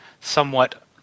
somewhat